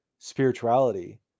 Spirituality